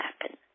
happen